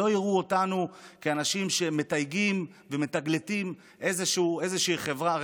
כדי שלא יראו אותנו כאנשים שמתייגים ומטרגטים איזושהי חברה.